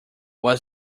was